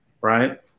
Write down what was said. right